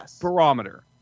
barometer